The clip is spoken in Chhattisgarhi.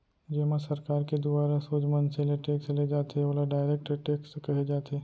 जेमा सरकार के दुवारा सोझ मनसे ले टेक्स ले जाथे ओला डायरेक्ट टेक्स कहे जाथे